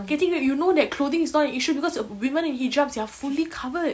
getting raped you know that clothing is not an issue because women in hijabs they are fully covered